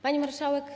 Pani Marszałek!